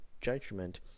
judgment